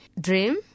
dream